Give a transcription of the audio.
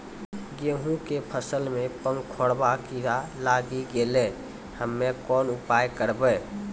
गेहूँ के फसल मे पंखोरवा कीड़ा लागी गैलै हम्मे कोन उपाय करबै?